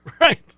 right